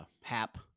Hap